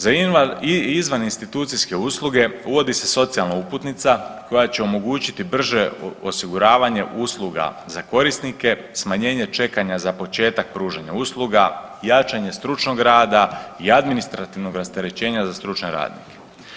Za izvaninstitucijske usluge, uvodi se socijalna uputnica, koja će omogućiti brže osiguravanje usluga za korisnike, smanjenje čekanja za početak pružanja usluga, jačanje stručnog rada i administrativnog rasterećenja za stručne radnike.